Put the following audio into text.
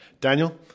Daniel